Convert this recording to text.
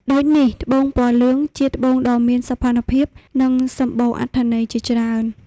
ដូចនេះត្បូងពណ៌លឿង ជាត្បូងដ៏មានសោភ័ណភាព និងសម្បូរអត្ថន័យជាច្រើន។